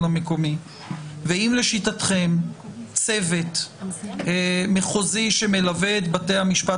המקומי ואם לשיטתכם צוות מחוזי שמלווה את בתי המשפט